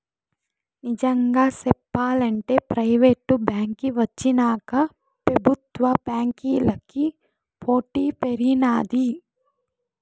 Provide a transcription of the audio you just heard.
నిజంగా సెప్పాలంటే ప్రైవేటు బాంకీ వచ్చినాక పెబుత్వ బాంకీలకి పోటీ పెరిగినాది